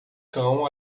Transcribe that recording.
cão